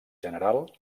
general